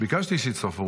ביקשתי שיצטרפו,